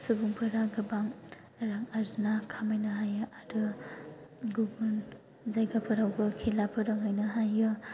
सुबुंफोरा गोबां रां आरजिना खामायनो हायो आरो गुबुन जायगाफोरावबो खेला फोरोंहैनो हायो